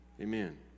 amen